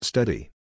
Study